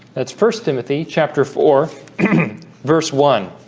that's first timothy chapter four verse one